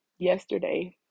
Yesterday